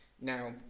Now